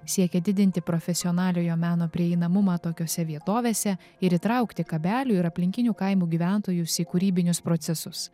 siekia didinti profesionaliojo meno prieinamumą tokiose vietovėse ir įtraukti kabelių ir aplinkinių kaimų gyventojus į kūrybinius procesus